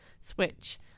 switch